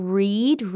read